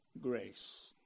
grace